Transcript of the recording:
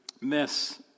miss